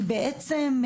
מצד שני,